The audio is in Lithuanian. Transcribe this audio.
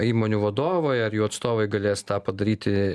įmonių vadovai ar jų atstovai galės tą padaryti